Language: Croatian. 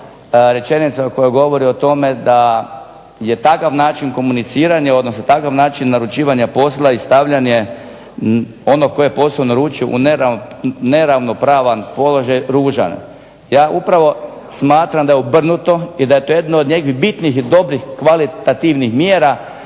rečenica koja govori o tome da je takav način komuniciranja, odnosno takav način naručivanja posla i stavljanje onog tko je posao naručio u neravnopravan položaj ružan. Ja upravo smatram da je obrnuto i da je to jedno od njegovih bitnih i dobrih, kvalitativnih mjera